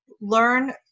learn